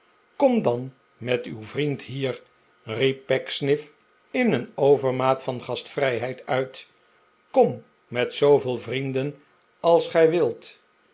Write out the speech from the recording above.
kom dan met uw vriend hier riep pecksniff in een overmaat van gastvrijheid uit kom met zooveel vrienden als gij wilt